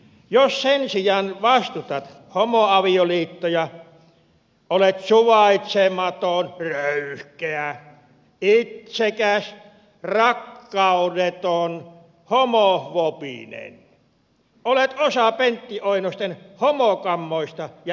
jos sen sijaan vastustat homoavioliittoja olet suvaitsematto on yhä röyhkeää ei sentään suvaitsematon röyhkeä itsekäs rakkaudeton homofobinen olet osa penttioinosten homokammoista ja impivaaralaista porukkaa